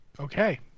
Okay